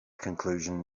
conclusion